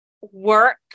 work